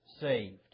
saved